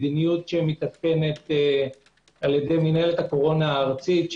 מדיניות שמתעדכנת על ידי מינהלת הקורונה ארצית.